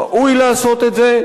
ראוי לעשות את זה,